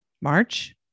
March